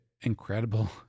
incredible